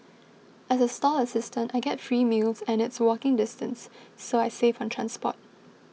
as a stall assistant I get free meals and it's walking distance so I save on transport